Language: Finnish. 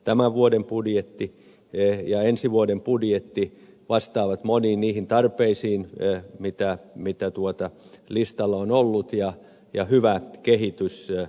tämän vuoden budjetti ja ensi vuoden budjetti vastaavat moniin niihin tarpeisiin mitä listalla on ollut ja hyvä kehitys jatkuu